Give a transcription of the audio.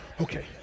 Okay